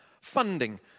funding